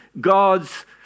God's